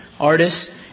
artists